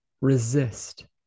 resist